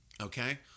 Okay